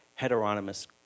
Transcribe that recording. heteronymous